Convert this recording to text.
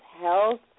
health